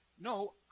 No